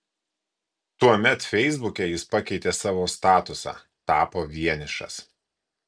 tuomet feisbuke jis pakeitė savo statusą tapo vienišas